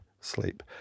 sleep